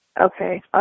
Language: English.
Okay